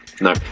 No